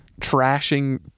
trashing